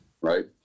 right